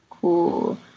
Cool